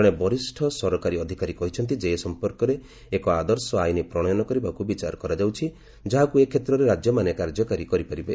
ଜଣେ ବରିଷ୍ଠ ସରକାରୀ ଅଧିକାରୀ କହିଛନ୍ତି ଯେ ଏ ସଂପର୍କରେ ଏକ ଆଦର୍ଶ ଆଇନ ପ୍ରଣୟନ କରିବାକୁ ବିଚାର କରାଯାଉଛି ଯାହାକୁ ଏ କ୍ଷେତ୍ରରେ ରାଜ୍ୟମାନେ କାର୍ଯ୍ୟକାରୀ କରିପାରିବେ